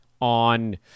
on